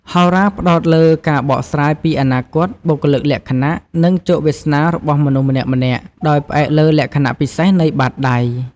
ហោរាផ្តោតលើការបកស្រាយពីអនាគត បុគ្គលិកលក្ខណៈ និងជោគវាសនារបស់មនុស្សម្នាក់ៗ ដោយផ្អែកលើលក្ខណៈពិសេសនៃបាតដៃ។